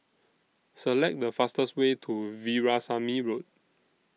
Select The fastest Way to Veerasamy Road